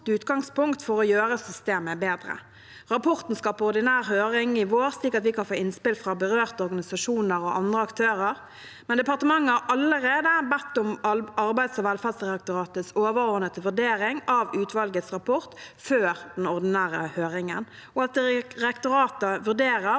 utgangspunkt for å gjøre systemet bedre. Rapporten skal på ordinær høring i vår, slik at vi kan få innspill fra berørte organisasjoner og andre aktører, men departementet har allerede bedt om Arbeids- og velferdsdirektoratets overordnete vurdering av utvalgets rapport før den ordinære høringen, og at direktoratet vurderer